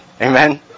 Amen